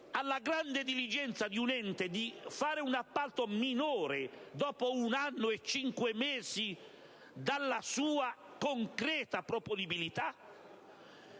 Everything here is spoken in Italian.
all'alta dirigenza di un ente, di fare un appalto minore dopo un anno e cinque mesi dalla sua concreta proponibilità.